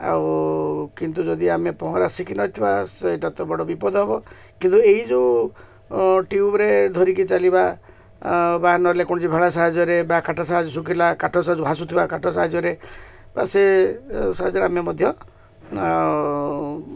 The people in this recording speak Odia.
ଆଉ କିନ୍ତୁ ଯଦି ଆମେ ପହଁରା ଶିଖିନଥିବା ସେଇଟା ତ ବଡ଼ ବିପଦ ହବ କିନ୍ତୁ ଏଇ ଯେଉଁ ଟ୍ୟୁବରେ ଧରିକି ଚାଲିବା ବା ନହେଲେ କୌଣସି ଭେଳା ସାହାଯ୍ୟରେ ବା କାଟ ସାହାଯ୍ୟ ଶୁଖିଲା କାଠ ସାହାଯ୍ୟ ଭାସୁଥିବା କାଠ ସାହାଯ୍ୟରେ ବା ସେ ସାହାଯ୍ୟରେ ଆମେ ମଧ୍ୟ ଆଉ